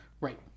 Right